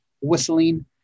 whistling